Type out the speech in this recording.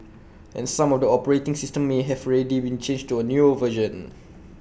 and some of the operating systems may have already been changed to A newer version